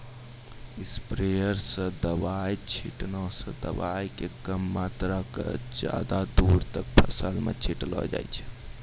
sprayer स दवाय छींटला स दवाय के कम मात्रा क ज्यादा दूर तक फसल मॅ छिटलो जाय छै